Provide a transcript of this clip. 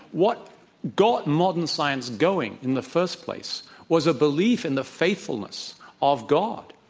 what got modern science going in the first place was a belief in the faithfulness of god,